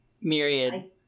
Myriad